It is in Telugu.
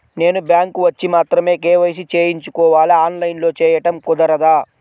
నేను బ్యాంక్ వచ్చి మాత్రమే కే.వై.సి చేయించుకోవాలా? ఆన్లైన్లో చేయటం కుదరదా?